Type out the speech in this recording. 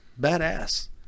badass